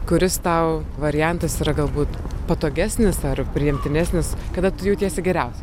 kuris tau variantas yra galbūt patogesnis ar priimtinesnis kada tu jautiesi geriausiai